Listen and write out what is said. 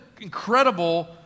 incredible